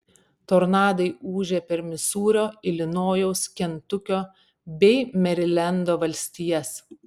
tornadai ūžė per misūrio ilinojaus kentukio bei merilendo valstijas